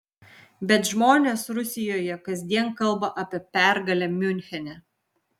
bet žmonės rusijoje kasdien kalba apie pergalę miunchene